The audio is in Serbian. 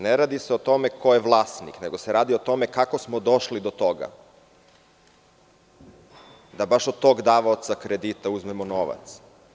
Ne radi se o tome ko je vlasnik, nego se radi o tome kako smo došli do toga, da baš od tog davaoca kredita uzmemo novac.